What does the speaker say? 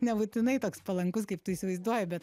nebūtinai toks palankus kaip tu įsivaizduoji bet